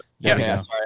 Yes